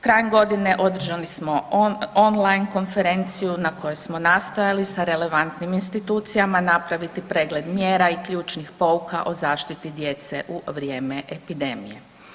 Krajem godine održali smo online konferenciju na kojoj smo nastojali sa relevantnim institucijama napraviti pregled mjera i ključnih pouka o zaštiti djece u vrijeme epidemije.